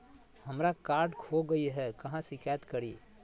हमरा कार्ड खो गई है, कहाँ शिकायत करी?